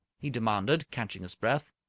he demanded, catching his breath.